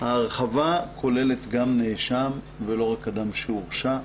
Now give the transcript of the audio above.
ההרחבה כוללת גם נאשם ולא רק אדם שהורשע.